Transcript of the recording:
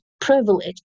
privilege